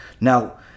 now